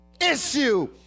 issue